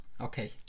Okay